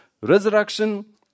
resurrection